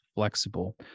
flexible